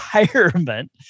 environment